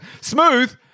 Smooth